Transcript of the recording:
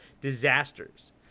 Disasters